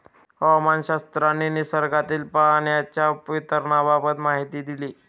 हवामानशास्त्रज्ञांनी निसर्गातील पाण्याच्या वितरणाबाबत माहिती दिली